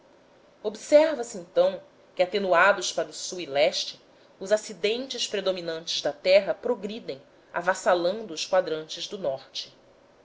observa se então que atenuados para o sul e leste os acidentes predominantes da terra progridem avassalando os quadrantes do norte